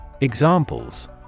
Examples